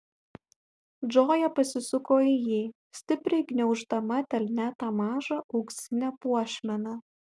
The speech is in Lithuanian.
džoja pasisuko į jį stipriai gniauždama delne tą mažą auksinę puošmeną